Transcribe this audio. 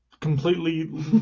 completely